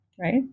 right